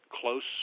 close